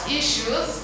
issues